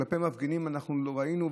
כלפי מפגינים אנחנו ראינו,